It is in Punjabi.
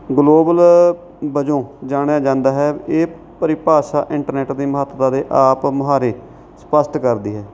ਗਲੋਬਲ ਵਜੋਂ ਜਾਣਿਆ ਜਾਂਦਾ ਹੈ ਇਹ ਪਰਿਭਾਸ਼ਾ ਇੰਟਰਨੈੱਟ ਦੀ ਮਹੱਤਤਾ ਦੇ ਆਪ ਮੁਹਾਰੇ ਸਪਸ਼ਟ ਕਰਦੀ ਹੈ